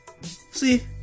See